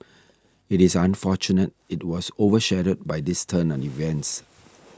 it is unfortunate it was over shadowed by this turn of events